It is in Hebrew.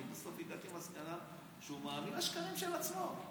בסוף הגעתי למסקנה שהוא מאמין לשקרים של עצמו.